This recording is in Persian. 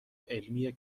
علمی